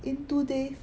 in two days